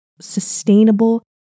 sustainable